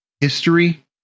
history